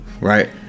Right